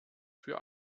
für